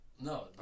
No